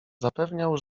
zapewniał